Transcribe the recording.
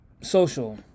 social